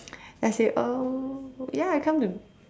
and I said um ya I come to